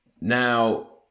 now